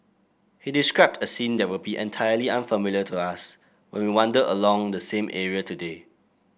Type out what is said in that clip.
he described a scene that will be entirely unfamiliar to us when we wander along the same area today